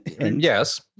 Yes